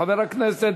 חבר הכנסת